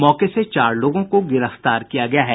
मौके से चार लोगों को गिरफ्तार किया गया है